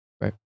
Right